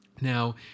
Now